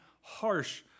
harsh